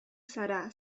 zara